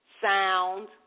sound